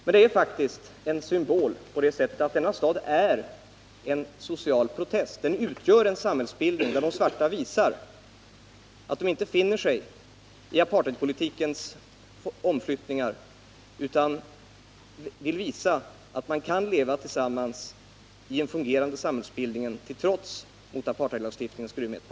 Men staden Crossroads är en symbol för de svarta familjernas protest. Den är en symbol på det sättet att den utgör en fungerande samhällsbildning och att människorna där visar att man kan leva tillsammans i en sådan i trots mot apartheidlagstiftningens grymhet.